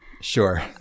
Sure